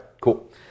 cool